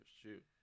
shoot